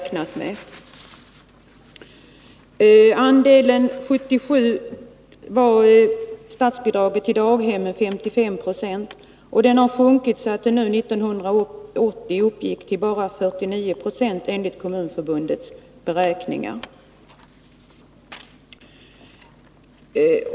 1977 var statsbidraget till daghemmen 55 26. Den andelen har sjunkit, så att den 1980 uppgick till bara 49 26, enligt Kommunförbundets beräkningar.